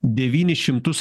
devynis šimtus